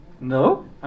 No